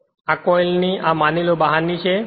અને આ કોઇલ આ માની લો તે બહારની છે